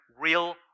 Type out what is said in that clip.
real